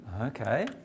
Okay